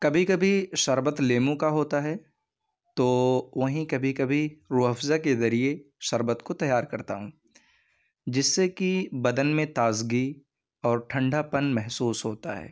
کبھی کبھی شربت لیمو کا ہوتا ہے تو وہیں کبھی کبھی روح افزا کے ذریعے شربت کو تیار کرتا ہوں جس سے کہ بدن میں تازگی اور ٹھنڈا پن محسوس ہوتا ہے